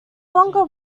longer